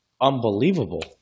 unbelievable